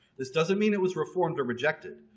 this doesn't mean it was reformed or rejected.